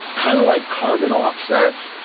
kind of like carbon offsets.